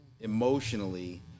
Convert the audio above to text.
emotionally